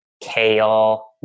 kale